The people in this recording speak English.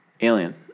Alien